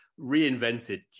reinvented